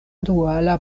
duala